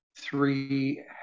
three